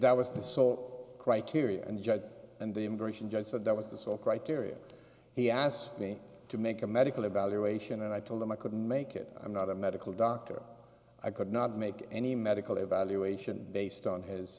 that was the so criteria and judge and the immigration judge said that was the sole criteria he asked me to make a medical evaluation and i told him i couldn't make it i'm not a medical doctor i could not make any medical evaluation based on his